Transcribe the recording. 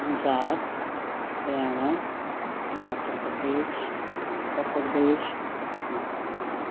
Punjab Haryana Himachal Pradesh Uttar Pradesh Karnataka